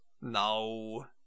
No